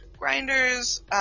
grinders